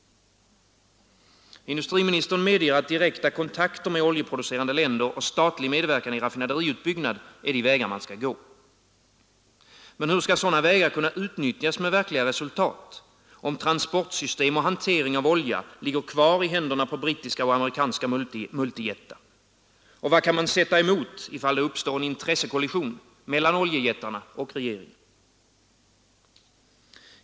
Industriministern medger att direkta kontakter med oljeproducerande länder och statlig medverkan i raffinaderiutbyggnad är de vägar man skall gå. Men hur skall sådana vägar kunna utnyttjas med verkliga resultat, om transportsystem och hantering av olja ligger kvar i händerna på brittiska och amerikanska multijättar? Och vad kan man sätta emot, om det uppstår en intressekollision mellan oljejättarna och regeringen?